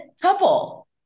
couple